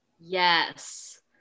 yes